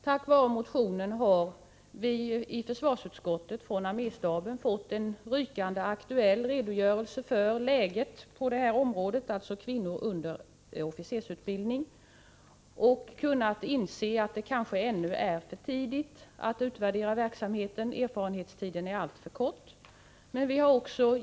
Tack vare motionen har vi i försvarsutskottet från arméstaben fått en rykande aktuell redogörelse för läget när det gäller kvinnors deltagande i officersutbildning. Vi har insett att det kanske ännu är för tidigt att utvärdera verksamheten. Erfarenhetstiden är alltför kort.